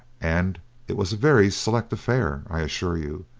and it was a very select affair, i assure you,